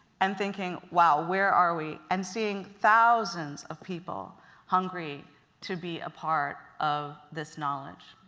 and thinking wow where are we? and seeing thousands of people hungry to be a part of this knowledge.